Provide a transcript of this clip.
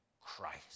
Christ